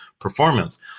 performance